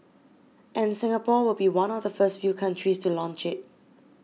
and Singapore will be one of the first few countries to launch it